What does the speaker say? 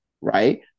right